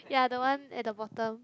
ya the one at the bottom